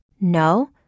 No